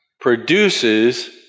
produces